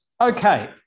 okay